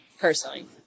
personally